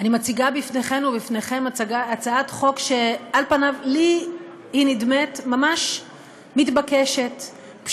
אני מציגה בפניכם ובפניכן הצעת חוק שעל פניו היא נדמית לי מתבקשת ממש.